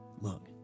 look